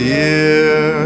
year